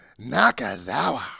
Nakazawa